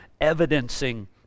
evidencing